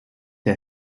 der